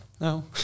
No